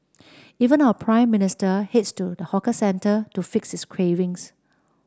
even our Prime Minister heads to the hawker centre to fix his cravings